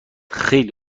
خیلی